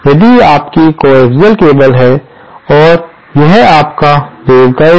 यह आपकी coaxial cable है और यह आपका वेवगाइड है